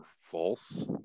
false